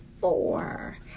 four